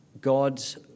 God's